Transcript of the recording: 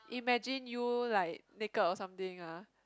imagine you like naked or something ah